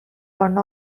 one